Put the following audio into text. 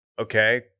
okay